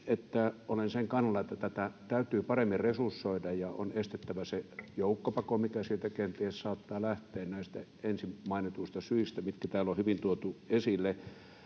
olen sen kannalla, että tätä täytyy paremmin resursoida ja on estettävä se joukkopako, mitä sieltä kenties saattaa lähteä näistä ensin mainituista syistä, mitkä täällä on hyvin tuotu esille,